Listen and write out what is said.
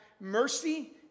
mercy